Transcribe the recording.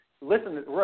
Listen